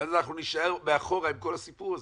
ואז אנחנו נישאר מאחורה עם כל הסיפור הזה.